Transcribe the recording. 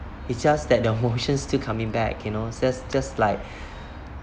it's just that the emotions still coming back you know just just like